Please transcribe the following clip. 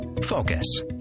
Focus